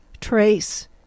trace